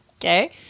okay